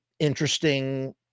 Interesting